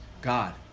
God